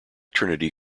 trinity